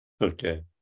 Okay